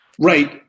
Right